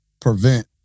prevent